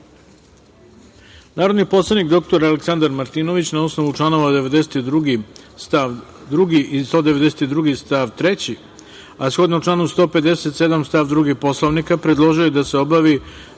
poslanik dr Aleksandar Martinović, na osnovu članova 92. stav 2. i 192. stav 3, a shodno članu 157. stav 2. Poslovnika, predložio je da se obavi